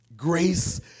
Grace